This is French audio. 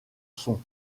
son